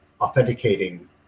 authenticating